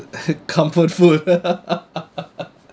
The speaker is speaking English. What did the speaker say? comfort food